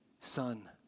Son